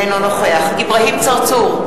אינו נוכח אברהים צרצור,